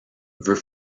veut